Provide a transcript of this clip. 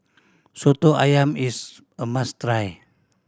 Soto Ayam is a must try